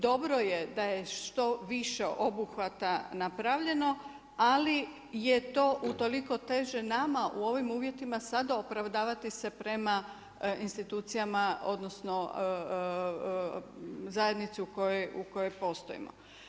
Dobro je da je što više obuhvata napravljeno ali je to u toliko teže nama u ovim uvjetima sada opravdavati se prema institucijama odnosno zajednici u kojoj postojimo.